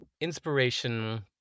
inspiration